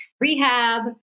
rehab